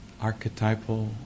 archetypal